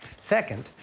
second,